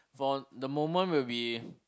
for the moment will be